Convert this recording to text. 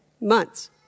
months